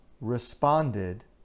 responded